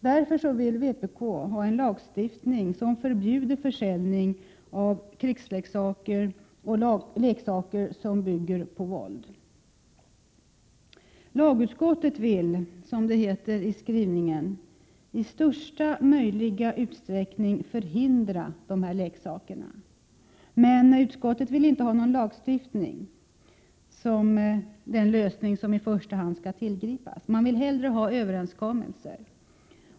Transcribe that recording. Därför vill vi i vpk ha en lagstiftning som förbjuder försäljning av krigsleksaker och leksaker som bygger på våld. Lagutskottet vill att försäljningen av dessa leksaker, som det heter i skrivningen, ”i största möjliga utsträckning förhindras”. Men utskottet vill inte ha lagstiftning som den lösning som i första hand skall tillgripas utan vill hellre ha överenskommelser.